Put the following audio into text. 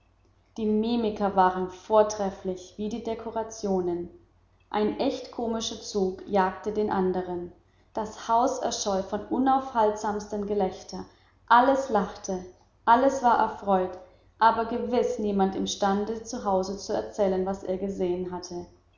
die mimiker waren alle vortrefflich wie die dekorationen ein echter komischer zug jagte den andern das haus erscholl vom unaufhaltsamsten gelächter alles lachte alles war erfreut aber gewiß niemand imstande zu hause zu erzählen was er gesehen hatte